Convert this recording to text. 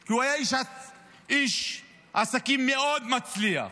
כי הוא היה איש עסקים מאוד מצליח.